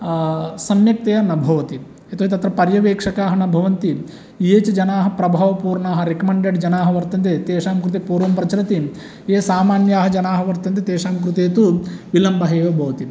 सम्यकतया न भवति यतोहि तत्र पर्यवेक्षकाः न भवन्ति ये च जनाः प्रभावपूर्णाः रेकमेण्डेड् जनाः वर्तन्ते तेषां कृते पूर्वं प्रचलति ये सामान्याः जनाः वर्तन्ते तेषां कृते तु विलम्बः एव भवति